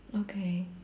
okay